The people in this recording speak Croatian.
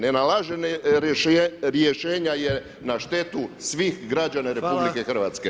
Nenalaženje rješenja je na štetu svih građana RH.